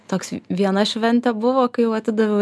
toks viena šventė buvo kai jau atidaviau